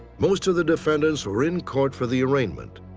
most of the defendants were in court for the arraignment.